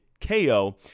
KO